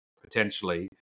potentially